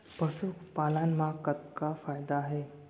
पशुपालन मा कतना फायदा हे?